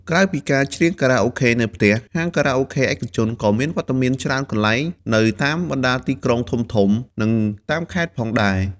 ក្រៅពីការច្រៀងខារ៉ាអូខេនៅផ្ទះ ហាងខារ៉ាអូខេឯកជនក៏មានវត្តមានច្រើនកន្លែង នៅតាមបណ្តាទីក្រុងធំៗ និងតាមខេត្តផងដែរ។